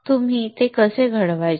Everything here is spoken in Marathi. तुम्ही ते कसे घडवायचे